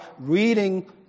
reading